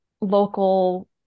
local